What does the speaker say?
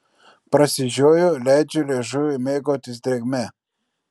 prasižioju leidžiu liežuviui mėgautis drėgme